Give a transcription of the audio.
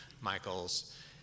Michael's